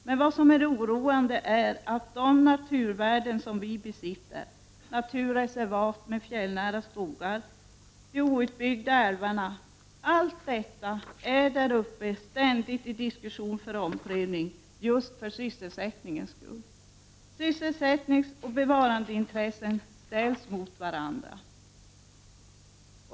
Oroande är dock att när det gäller de naturvärden som vi besitter, naturreservat med fjällnära skogar och de outbyggda älvarna, pågår ständigt diskussioner om omprövningar — för sysselsättningens skull. Sysselsättningsoch bevarandeintressen ställs mot varandra.